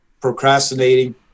procrastinating